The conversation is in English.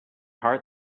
heart